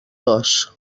dos